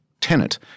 tenant